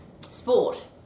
sport